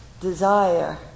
desire